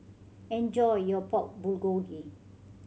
enjoy your Pork Bulgogi